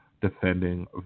defending